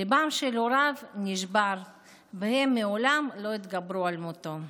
ליבם של הוריו נשבר והם מעולם לא התגברו על מותו.